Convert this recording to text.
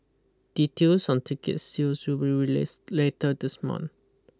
details on ticket sales will be released later this month